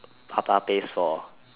papa pays for